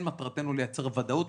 מטרתנו לייצר ודאות,